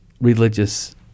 religious